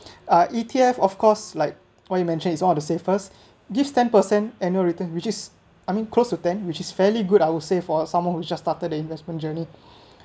uh E_T_F of course like what you mentioned is one of the safest gives ten percent annual return which is I mean close to ten which is fairly good I will say for someone who's just started the investment journey